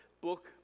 book